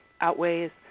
outweighs